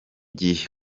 gihe